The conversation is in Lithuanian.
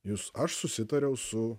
jūs aš susitariau su